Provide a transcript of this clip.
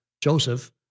Joseph